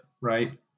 right